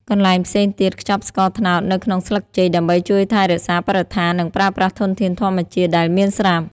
កន្លែងផ្សេងទៀតខ្ចប់ស្ករត្នោត នៅក្នុងស្លឹកចេក ដើម្បីជួយថែរក្សាបរិស្ថាន និងប្រើប្រាស់ធនធានធម្មជាតិដែលមានស្រាប់។